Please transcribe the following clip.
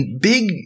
big